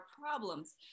problems